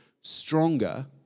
stronger